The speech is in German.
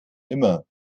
immer